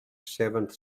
seventh